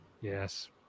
Yes